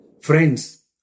Friends